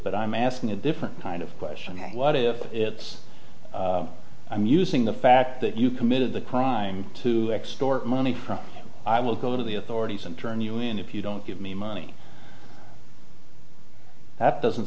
but i'm asking a different kind of question what if it's i'm using the fact that you committed the crime to extort money from i will go to the authorities and turn you in if you don't give me money that doesn't